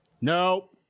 Nope